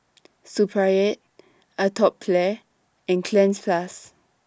Supravit Atopiclair and Cleanz Plus